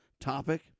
topic